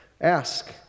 Ask